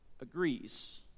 agrees